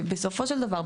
שבסופו של דבר,